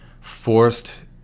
forced